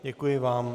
Děkuji vám.